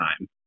time